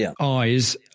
eyes